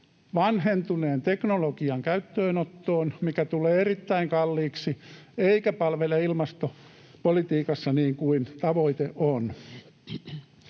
vanhentuneen teknologian käyttöönottoon, mikä tulee erittäin kalliiksi eikä palvele ilmastopolitiikassa niin kuin tavoite on.